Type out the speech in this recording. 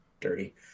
dirty